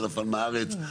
זה נפל מהארץ,